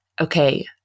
okay